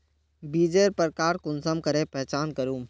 बीजेर प्रकार कुंसम करे पहचान करूम?